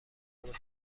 توسعه